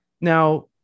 now